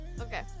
Okay